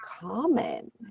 common